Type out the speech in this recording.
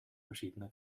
verschiedener